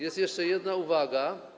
Jest jeszcze jedna uwaga.